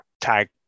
tag